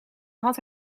had